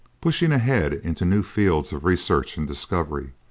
pushing ahead into new fields of research and discovery,